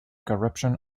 corruption